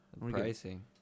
Pricing